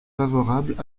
favorables